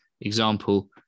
Example